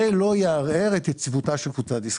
זה לא יערער את יציבותה של קבוצת דיסקונט.